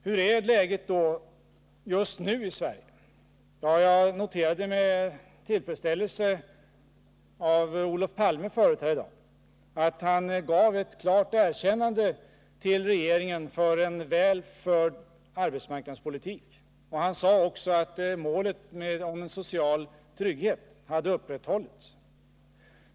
Hur är då läget just nu i Sverige? Jag noterade med tillfredsställelse att Olof Palme förut här i dag gav ett klart erkännande till regeringen för en väl förd arbetsmarknadspolitik. Han sade också att den sociala tryggheten, som är ett annat mål, hade upprätthållits.